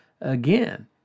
Again